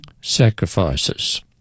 sacrifices